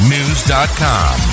News.com